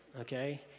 okay